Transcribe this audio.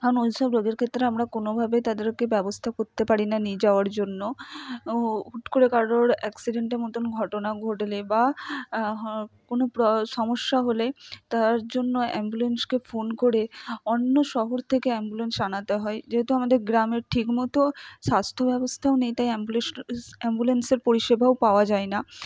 কারণ ওই সব রোগের ক্ষেত্রে আমরা কোনোভাবেই তাদেরকে ব্যবস্থা করতে পারি না নিয়ে যাওয়ার জন্য হুট করে কারোর অ্যাক্সিডেন্টের মতন ঘটনা ঘটলে বা কোনও সমস্যা হলে তার জন্য অ্যাম্বুলেন্সকে ফোন করে অন্য শহর থেকে অ্যাম্বুলেন্স আনাতে হয় যেহেতু আমাদের গ্রামে ঠিকমতো স্বাস্থ্য ব্যবস্থাও নেই তাই অ্যাম্বুলেন্সের পরিষেবাও পাওয়া যায় না